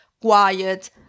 quiet